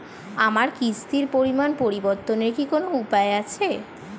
আমার কিস্তির পরিমাণ পরিবর্তনের কি কোনো উপায় আছে?